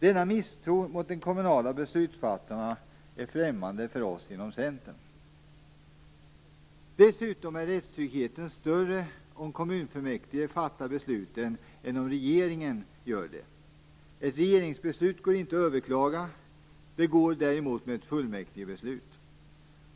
Denna misstro mot de kommunala beslutsfattarna är främmande för oss i Centern. Dessutom är rättstryggheten större om kommunfullmäktige fattar besluten än om regeringen gör det. Ett regeringsbeslut går inte att överklaga. Det går däremot med ett fullmäktigebeslut.